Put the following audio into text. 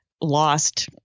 lost